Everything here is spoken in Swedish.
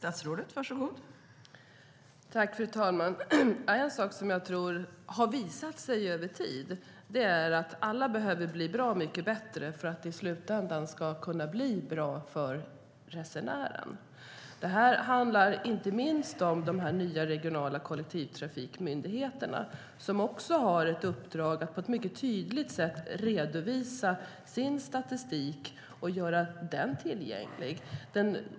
Fru talman! En sak som har visat sig över tid är att alla behöver bli bra mycket bättre för att det i slutändan ska kunna bli bra för resenären. Det handlar inte minst om de nya regionala kollektivtrafikmyndigheterna. De har ett uppdrag att på ett mycket tydligt sätt redovisa sin statistik och göra den tillgänglig.